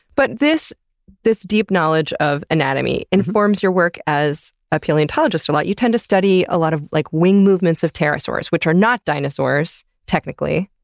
but this this deep knowledge of anatomy informs your work as a paleontologist a lot. you tend to study a lot of like wing movements of pterosaurs, which are not dinosaurs, technically.